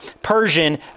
Persian